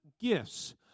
gifts